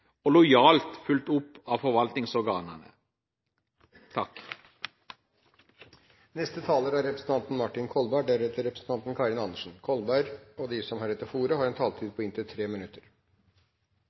og lojalt fulgt opp av forvaltningsorganene. De talere som heretter får ordet, har en taletid